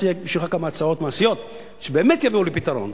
יש לי בשבילך כמה הצעות מעשיות שבאמת יביאו לפתרון.